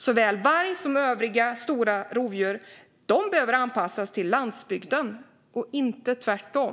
Såväl varg som övriga stora rovdjur behöver anpassas till landsbygden, inte tvärtom.